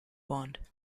bond